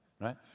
right